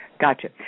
Gotcha